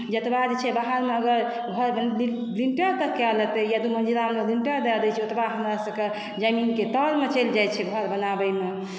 जतबा जे छै बाहरमे अगर घर लिंटर तक कयल हेतै या दुमंजीलामे लिंटर दै दै छै ओतबा हमरा सभक जमीनक तरमे चलि जाइ छै घर बनाबैमे